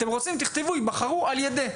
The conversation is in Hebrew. אתם רוצים, תכתבו ייבחרו על ידי.